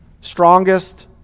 strongest